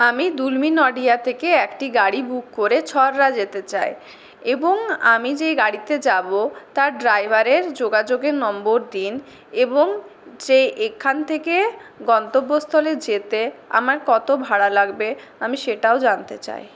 আমি দুলমি নডিয়া থেকে একটি গাড়ি বুক করে ছরহা যেতে চাই এবং আমি যেই গাড়িতে যাব তার ড্রাইভারের যোগাযোগের নম্বর দিন এবং যে এখান থেকে গন্তব্যস্থলে যেতে আমার কত ভাড়া লাগবে আমি সেটাও জানতে চাই